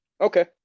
okay